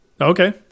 Okay